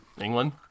England